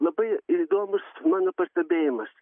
labai įdomus mano pastebėjimas